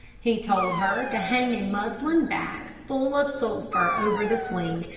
he told her to hang a muslin bag full of sulphur over the swing,